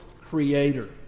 creator